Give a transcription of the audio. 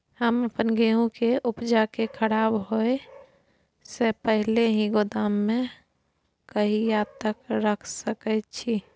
हम अपन गेहूं के उपजा के खराब होय से पहिले ही गोदाम में कहिया तक रख सके छी?